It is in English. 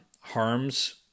Harms